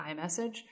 iMessage